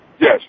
Yes